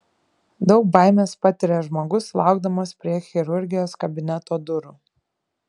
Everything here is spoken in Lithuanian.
daug baimės patiria žmogus laukdamas prie chirurgijos kabineto durų